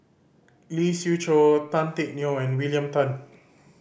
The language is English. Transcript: Lee Siew Choh Tan Teck Neo and William Tan